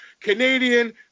canadian